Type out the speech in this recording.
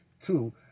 Two